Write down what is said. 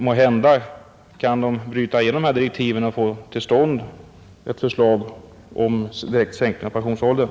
Måhända kan utredningen bryta igenom dessa direktiv och få till stånd ett förslag om direkt sänkning av pensionsåldern.